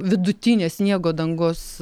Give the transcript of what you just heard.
vidutinė sniego dangos